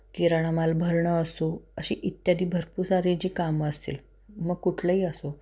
किराणा माल भरणं असो अशी इत्यादी भरपूर सारी जी कामं असतील मग कुठलंही असो